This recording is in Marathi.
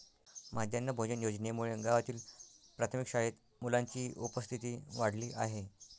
माध्यान्ह भोजन योजनेमुळे गावातील प्राथमिक शाळेत मुलांची उपस्थिती वाढली आहे